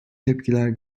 tepkiler